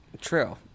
True